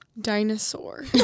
Dinosaur